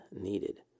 needed